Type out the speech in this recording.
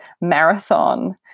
marathon